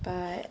but